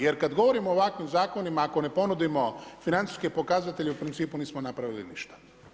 Jer kad govorimo o ovakvim zakonima, ako ne ponudimo financijske pokazatelje, u principu nismo napravili ništa.